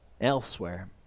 elsewhere